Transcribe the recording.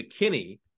McKinney